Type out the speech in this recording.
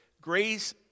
grace